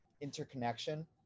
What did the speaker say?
interconnection